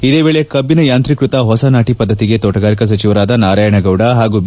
ಇದೇ ವೇಳೆ ಕಬ್ಬಿನ ಯಾಂತ್ರೀಕೃತ ಹೊಸ ನಾಟಿ ಪದ್ದತಿಗೆ ತೋಟಗಾರಿಕಾ ಸಚಿವರಾದ ನಾರಾಯಣಗೌಡ ಹಾಗೂ ಬಿ